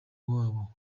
wabo